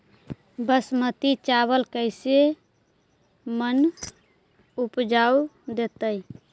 बासमती चावल कैसे मन उपज देतै?